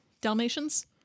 Dalmatians